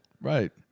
Right